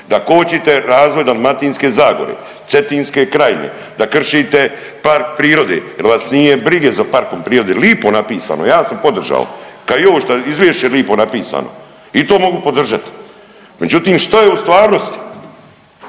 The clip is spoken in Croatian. da kočite razvoj Dalmatinske zagore, Cetinske krajine, da kršite park prirode jel vas nije brige za parkom prirode, lipo napisano, ja sam podržao, kao i ovo što je izvješće lipo napisano i to mogu podržati, međutim što je u stvarnosti,